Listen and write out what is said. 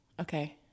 Okay